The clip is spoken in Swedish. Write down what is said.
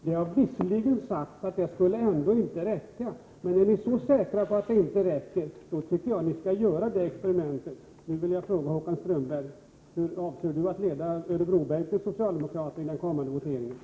Det har visserligen sagts att det ändå inte skulle räcka, men är ni så säkra på att det inte räcker tycker jag att ni skall göra det exprimentet. Nu vill jag fråga om Håkan Strömberg avser att leda Örebrobänkens socialdemokrater i den kommande voteringen.